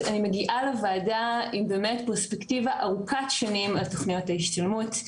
אני מגיעה לוועדה עם באמת פרספקטיבה ארוכת שנים על תוכניות ההשתלמות,